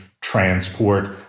transport